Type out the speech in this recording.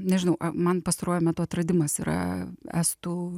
nežinau a man pastaruoju metu atradimas yra estų